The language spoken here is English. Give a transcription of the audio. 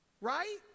Right